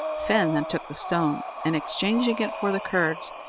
fin then took the stone, and exchanging it for the curds,